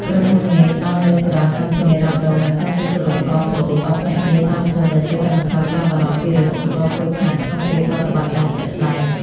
ក្រុមហ៊ុនមេផ្ដល់នូវសេវាកម្មធានារ៉ាប់រង និងការជួសជុលឧបករណ៍ដ្រូនដល់ភ្នាក់ងារតាមភូមិ ដែលជួយកាត់បន្ថយការបារម្ភពីរឿងឧបករណ៍ខូចខាតក្នុងពេលប្រតិបត្តិការជាក់ស្ដែង។